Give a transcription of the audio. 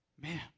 man